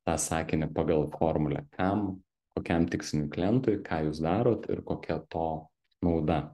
tą sakinį pagal formulę kam kokiam tiksliniui klientui ką jūs darot ir kokia to nauda